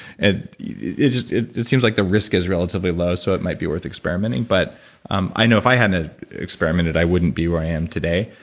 and yeah it it seems like the risk is relatively low, so it might be worth experimenting. but um i know if i hadn't ah experimented, i wouldn't be where i am today.